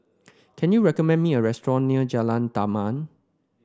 can you recommend me a restaurant near Jalan Damai